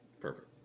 Perfect